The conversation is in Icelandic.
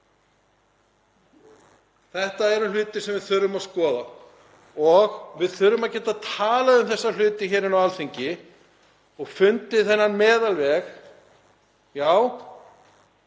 Þetta eru hlutir sem við þurfum að skoða og við þurfum að geta talað um þessa hluti hér á Alþingi og fundið þennan meðalveg. Já,